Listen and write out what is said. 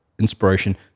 inspiration